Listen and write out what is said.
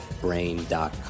brain.com